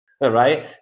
right